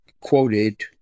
quoted